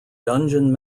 dungeon